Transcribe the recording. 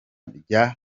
rya